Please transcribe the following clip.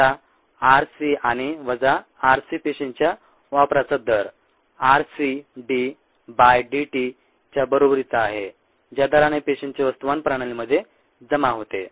वजा r c आणि वजा r c पेशींच्या वापराचा दर r c d by dt च्या बरोबरीचा आहे ज्या दराने पेशींचे वस्तुमान प्रणालीमध्ये जमा होते